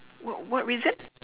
what what reason